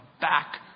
back